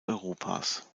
europas